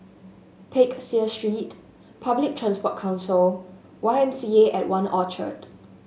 Peck Seah Street Public Transport Council Y M C A and One Orchard